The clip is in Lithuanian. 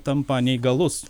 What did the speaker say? tampa neįgalus